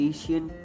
Asian